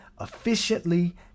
efficiently